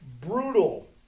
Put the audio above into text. Brutal